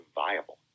viable